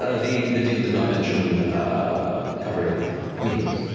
ah the the deal did not mention covering meals,